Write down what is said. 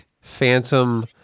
Phantom